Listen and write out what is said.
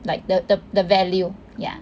like the the the value yeah